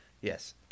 Yes